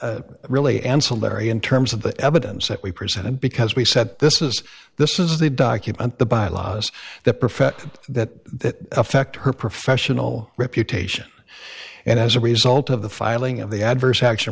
was really ancillary in terms of the evidence that we presented because we said this is this is the document the bylaws that perfect that affect her professional reputation and as a result of the filing of the adverse action